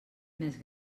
més